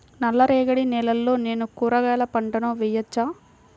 నల్ల రేగడి నేలలో నేను కూరగాయల పంటను వేయచ్చా?